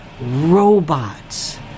robots